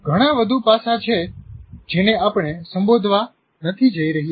' ઘણા વધુ પાસાં છે જેને આપણે સંબોધવા નથી જઈ રહ્યા